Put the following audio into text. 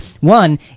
One